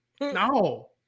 No